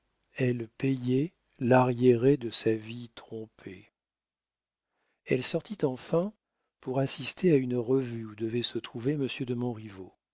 elle payait l'arriéré de sa vie trompée elle sortit enfin pour assister à une revue où devait se trouver monsieur de